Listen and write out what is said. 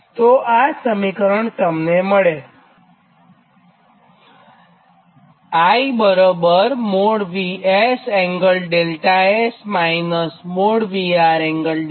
તો આ સમીકરણ તમને મળે